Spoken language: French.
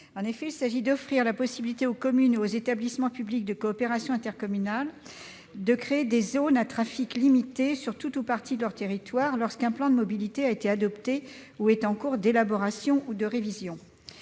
mobilités. Il s'agit d'offrir la possibilité aux communes ou aux établissements publics de coopération intercommunale de créer des zones à trafic limité sur tout ou partie de leur territoire lorsqu'un plan de mobilité a été adopté ou est en cours d'élaboration ou de révision.